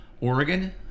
Oregon